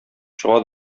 чыга